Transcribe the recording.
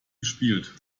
gespielt